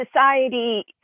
society